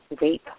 rape